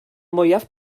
mwyaf